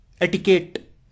etiquette